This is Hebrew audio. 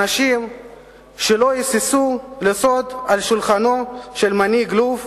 אנשים שלא היססו לסעוד על שולחנו של מנהיג לוב,